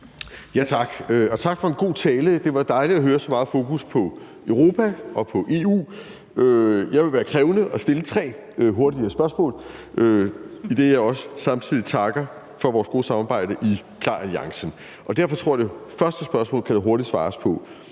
Tak, og tak for en god tale. Det var dejligt at høre så meget fokus på Europa og på EU. Jeg vil være krævende og stille tre hurtige spørgsmål, idet jeg også samtidig takker for vores gode samarbejde i KLAR-alliancen. Jeg tror, der kan svares hurtigt på